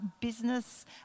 business